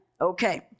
Okay